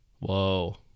whoa